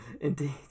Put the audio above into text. Indeed